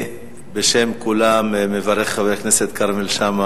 בשם כולם אני מברך את חבר הכנסת כרמל שאמה